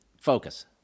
focus